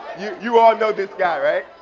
you all know this guy, right?